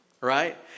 right